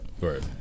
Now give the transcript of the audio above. Right